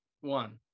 one